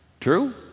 True